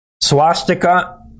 swastika